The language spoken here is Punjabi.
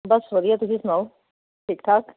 ਬਸ ਵਧੀਆ ਤੁਸੀਂ ਸੁਣਾਓ ਠੀਕ ਠਾਕ